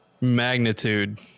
magnitude